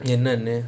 என்னனு:ennanu